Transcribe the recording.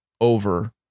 over